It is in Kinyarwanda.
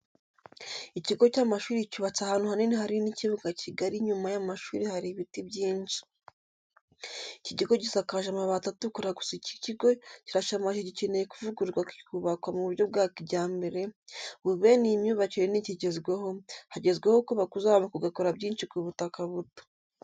Ikigo cy'amashuri cyubatse ahantu hanini hari n'ikibuga kigari inyuma y'amashuri hari ibiti byinshi. Iki kigo gisakaje amabati atukura gusa iki kigo kirashaje gikenewe kuvugururwa kikubakwa mu buryo bwa kijyambere, ubu bene iyi myubakire ntikigezweho, hagezweho kubaka uzamuka ugakora byinshi ku butaka buto.